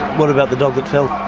what about the dog that fell? ah,